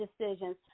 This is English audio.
decisions